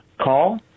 call